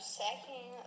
second